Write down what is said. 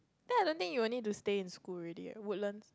then I don't think you will need to stay in school already eh Woodlands